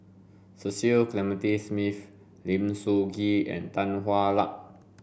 Cecil Clementi Smith Lim Sun Gee and Tan Hwa Luck